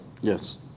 Yes